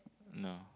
no